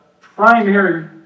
primary